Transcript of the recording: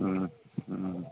হুম হুম